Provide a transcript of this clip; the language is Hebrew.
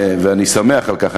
ואני שמח על כך,